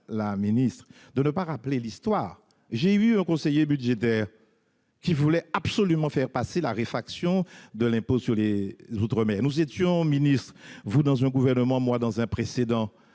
l'élégance de ne pas rappeler l'histoire, mais j'ai eu un conseiller budgétaire qui voulait absolument faire passer la réfaction de l'impôt sur les outre-mer. Nous avons tous deux été ministres, vous dans un gouvernement, moi dans un précédent.